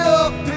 up